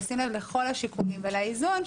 בשים לב לכל השיקולים ולאיזון,